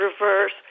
reverse